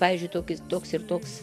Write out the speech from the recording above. pavyzdžiui tokis toks ir toks